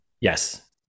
Yes